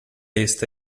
está